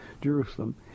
Jerusalem